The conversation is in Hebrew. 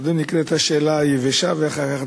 קודם אני אקריא את השאלה "היבשה" ואחר כך ארחיב.